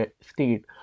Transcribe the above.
state